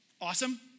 Awesome